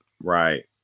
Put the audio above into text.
Right